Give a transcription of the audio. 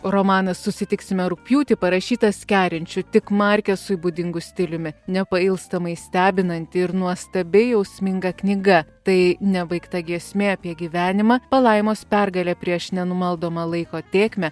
romanas susitiksime rugpjūtį parašytas kerinčiu tik markesui būdingu stiliumi nepailstamai stebinanti ir nuostabiai jausminga knyga tai nebaigta giesmė apie gyvenimą palaimos pergalė prieš nenumaldomą laiko tėkmę